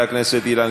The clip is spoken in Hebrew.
הרווחה והבריאות.